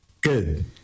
good